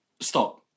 Stop